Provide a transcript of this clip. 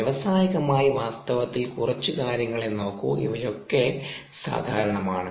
വ്യവസായകമായി വാസ്തവത്തിൽ കുറച്ചു കാര്യങ്ങളെ നോക്കൂ ഇവയൊക്കെ സാധാരണമാണ്